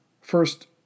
first